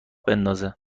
بندازه